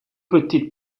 petites